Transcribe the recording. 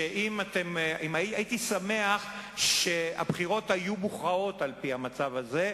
הייתי שמח אם הבחירות היו מוכרעות על-פי המצב הזה,